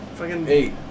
eight